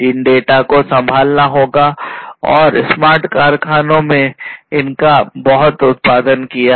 इन data को संभालना होगा और स्मार्ट कारखानों ने इनका बहुत उत्पादन किया है